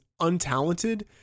untalented